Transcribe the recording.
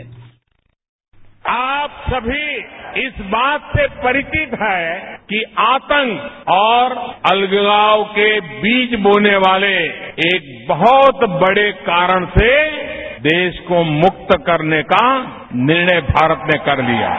bite प्रधानमंत्री आप समी इस बात से परिचित हैं कि आतंक और अलगाव के बीज बोने वाले एक बहुत बड़े कारण से देश को मुक्त करने का निर्णय भारत ने कर लिया है